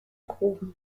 gruben